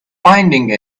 finding